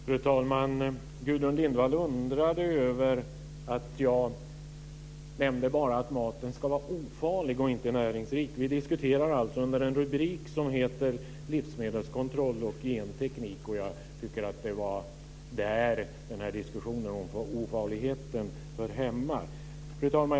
Fru talman! Gudrun Lindvall undrade över att jag bara nämnde att maten ska vara ofarlig och inte att den ska vara näringsrik. Vi diskuterar nu under en rubrik som lyder Livsmedelskontroll och genteknik, och jag tycker att det var där diskussionen om ofarligheten hörde hemma. Fru talman!